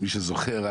מי שזוכר,